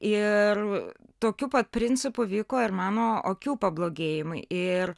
ir tokiu pat principu vyko ir mano akių pablogėjimai ir